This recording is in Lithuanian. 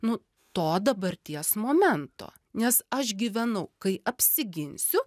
nu to dabarties momento nes aš gyvenau kai apsiginsiu